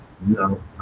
no